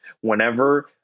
whenever